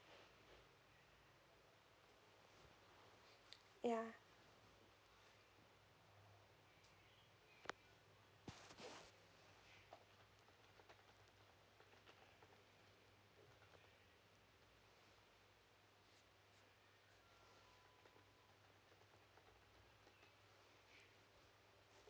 yeah